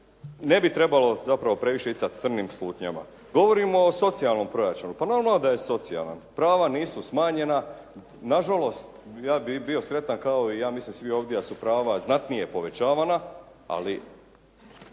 ne bi trebalo zapravo previše ići sa crnim slutnjama. Govorimo o socijalnom proračunu, pa normalno da je socijalan. Prava nisu smanjena. Na žalost ja bih bio sretan kao i ja mislim svi ovdje da su prava znatnije povećavana, ali